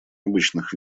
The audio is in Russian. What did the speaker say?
обычных